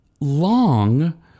Long